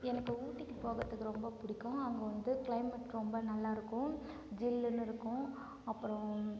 எனக்கு ஊட்டிக்கு போகிறதுக்கு ரொம்ப பிடிக்கும் அங்கே வந்து க்ளைமேட் ரொம்ப நல்லாருக்கும் ஜில்லுனு இருக்கும் அப்பறம்